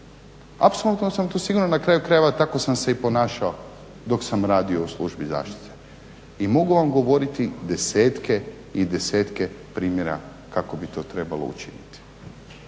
Apsolutno sam u to siguran što govorim. Na kraju krajeva tako sam se i ponašao dok sam radio u službi zaštite. I mogu vam govoriti desetke i desetke primjera kako bi to trebalo učiniti.